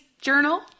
journal